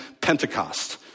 pentecost